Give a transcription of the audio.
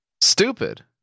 Stupid